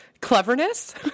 cleverness